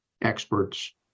experts